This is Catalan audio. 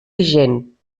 vigent